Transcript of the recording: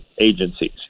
agencies